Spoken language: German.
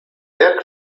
der